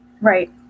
right